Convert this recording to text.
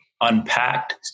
unpacked